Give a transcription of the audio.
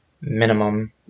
minimum